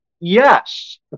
Yes